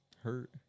Hurt